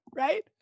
right